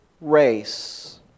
race